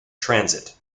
transit